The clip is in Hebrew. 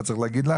לא צריך להגיד לך,